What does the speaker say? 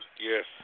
Yes